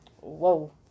Whoa